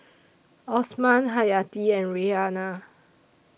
Osman Hayati and Raihana